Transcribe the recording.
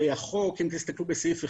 הרי החוק, אם תסתכלו בסעיף 1,